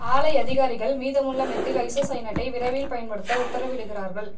ஆலை அதிகாரிகள் மீதமுள்ள மெத்தில் ஐசோசயனேட்டை விரைவில் பயன்படுத்த உத்தரவிடுகிறார்கள்